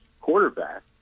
quarterback